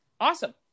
awesome